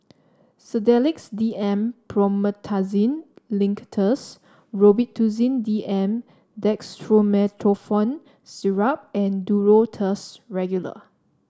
Sedilix D M Promethazine Linctus Robitussin D M Dextromethorphan Syrup and Duro Tuss Regular